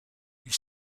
ils